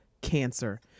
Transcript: cancer